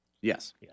Yes